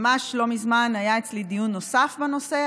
ממש לא מזמן היה אצלי דיון נוסף בנושא.